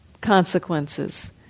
consequences